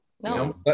no